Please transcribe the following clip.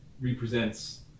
represents